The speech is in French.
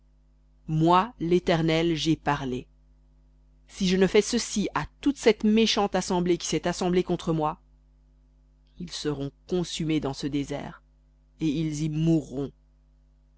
moi l'éternel j'ai parlé si je ne fais ceci à toute cette méchante assemblée qui s'est assemblée contre moi ils seront consumés dans ce désert et ils y mourront